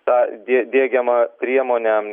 tą die diegiamą priemonę